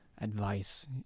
advice